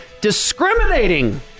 discriminating